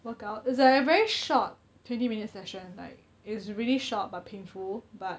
workout it's like a very short twenty minute session like it's really short but painful but